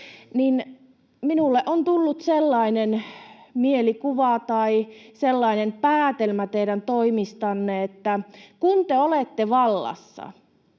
ole!] Minulle on tullut sellainen mielikuva tai sellainen päätelmä teidän toimistanne, että kun te olette vallassa,